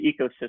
ecosystem